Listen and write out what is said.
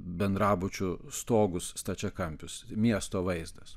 bendrabučių stogus stačiakampius miesto vaizdas